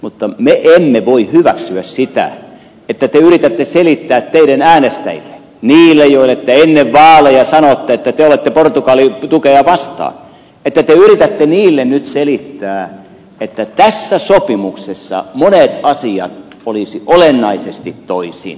mutta me emme voi hyväksyä sitä että te yritätte selittää äänestäjillenne niille joille te ennen vaaleja sanoitte että te olette portugali tukea vastaan te yritätte heille nyt selittää että tässä sopimuksessa monet asiat olisivat olennaisesti toisin